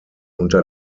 unter